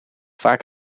vaak